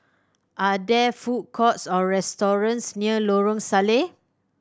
are there food courts or restaurants near Lorong Salleh